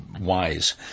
wise